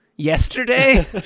yesterday